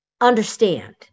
understand